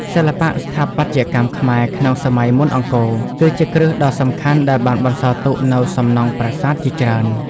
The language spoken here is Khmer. សិល្បៈស្ថាបត្យកម្មខ្មែរក្នុងសម័យមុនអង្គរ គឺជាគ្រឹះដ៏សំខាន់ដែលបានបន្សល់ទុកនូវសំណង់ប្រាសាទជាច្រើន។